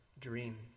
dream